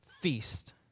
feast